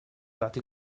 dati